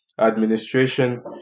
administration